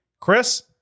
Chris